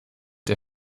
der